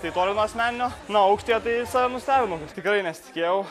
tai toli nuo asmeninio na o aukštyje tai save nustebinau nes tikrai nesitikėjau